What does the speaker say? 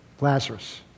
Lazarus